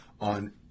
on